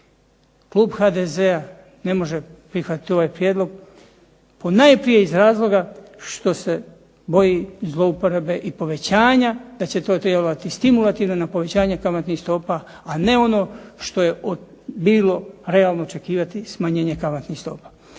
Klub HDZ-a ne može prihvatiti ovaj prijedlog, ponajprije iz razloga što se boji zlouporabe i povećanja da će to djelovati stimulativno na povećanje kamatnih stopa a ne ono što je bilo realno očekivati smanjenje kamatnih stopa.